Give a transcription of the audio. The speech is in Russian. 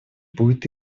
будет